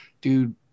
dude